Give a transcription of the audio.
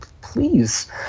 please